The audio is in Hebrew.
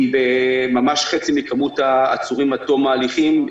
ממש חצי מכמות העצורים עד תום ההליכים,